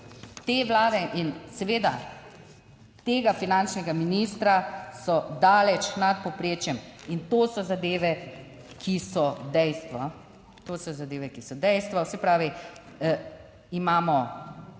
te Vlade in seveda tega finančnega ministra so daleč nad povprečjem in to so zadeve, ki so dejstvo. To so zadeve, ki so dejstva. Se pravi, imamo